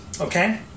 Okay